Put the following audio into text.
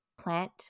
plant